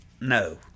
no